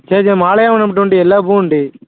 சரி சார் மாலையாகவும் நம்மள்கிட்ட உண்டு எல்லாப்பூவும் உண்டு